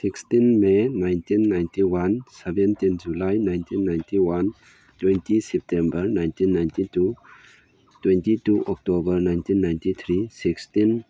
sixteen may nineteen ninety one seventeen July nineteen ninety one twenty September nineteen ninety two twenty two October nineteen ninety three sixteen